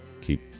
keep